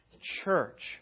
church